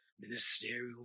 ministerial